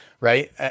right